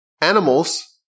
animals